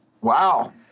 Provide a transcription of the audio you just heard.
Wow